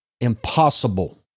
impossible